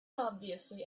obviously